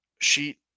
Sheet